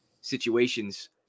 situations